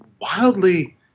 wildly